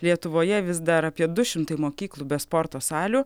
lietuvoje vis dar apie du šimtai mokyklų be sporto salių